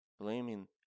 blaming